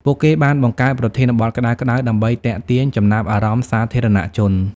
ពួកគេបានបង្កើតប្រធានបទក្តៅៗដើម្បីទាក់ទាញចំណាប់អារម្មណ៍សាធារណៈជន។